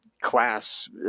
class